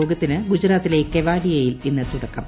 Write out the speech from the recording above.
യോഗത്തിന് ഗുജറാത്തിലെ ക്രെപ്പാ്ദിയയിൽ ഇന്ന് തുടക്കം